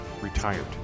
retired